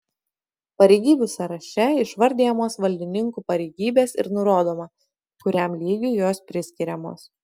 pareigybių sąraše išvardijamos valdininkų pareigybės ir nurodoma kuriam lygiui jos priskiriamos